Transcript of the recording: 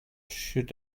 should